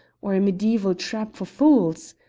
or a mediaeval trap for fools?